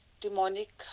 demonic